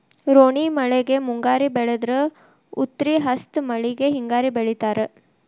ರೋಣಿ ಮಳೆಗೆ ಮುಂಗಾರಿ ಬೆಳದ್ರ ಉತ್ರಿ ಹಸ್ತ್ ಮಳಿಗೆ ಹಿಂಗಾರಿ ಬೆಳಿತಾರ